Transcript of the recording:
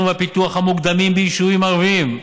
והפיתוח המוקדמים ביישובים ערביים,